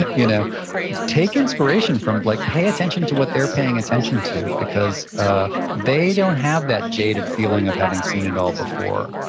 you know take inspiration from, like pay attention to what they're paying attention to. because ah they don't have that jaded feeling of having seen it all before.